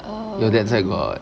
err